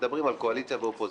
וכשמדברים על קואליציה ואופוזיציה,